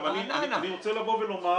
אני רוצה לבוא ולומר